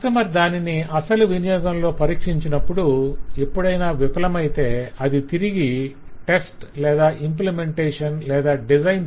customer దానిని అసలు వినియోగంలో పరీక్షించినప్పుడు ఎప్పుడైనా విఫలమైతే అది తిరిగి టెస్ట్ లేదా ఇంప్లిమెంటేషన్ లేదా డిజైన్